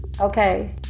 Okay